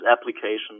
applications